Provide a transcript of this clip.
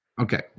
Okay